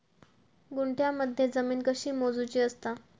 गुंठयामध्ये जमीन कशी मोजूची असता?